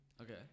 okay